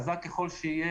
חזק ככל שיהיה,